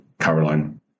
Caroline